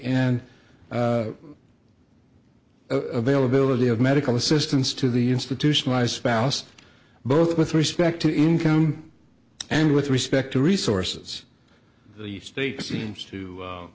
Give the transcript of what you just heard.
and availability of medical assistance to the institutionalized spouse both with respect to income and with respect to resources the state seems to